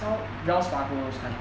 so wells fargo those kind